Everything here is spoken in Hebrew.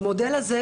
במודל הזה,